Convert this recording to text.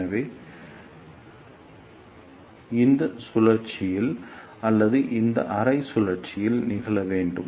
எனவே குத்துவது இந்த சுழற்சியில் அல்லது இந்த அரை சுழற்சியில் நிகழ வேண்டும்